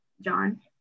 John